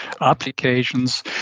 applications